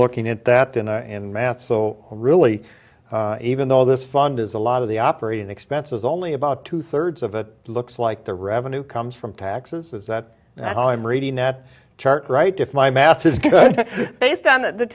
looking at that in a in math so really even though this fund is a lot of the operating expenses only about two thirds of it looks like the revenue comes from taxes is that now i'm reading that chart right if my math is based on the